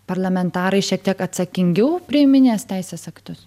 parlamentarai šiek tiek atsakingiau priiminės teisės aktus